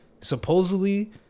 Supposedly